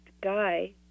guy